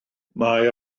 mae